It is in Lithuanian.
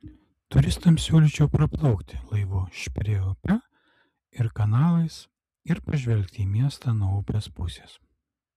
turistams siūlyčiau praplaukti laivu šprė upe ir kanalais ir pažvelgti į miestą nuo upės pusės